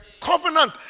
covenant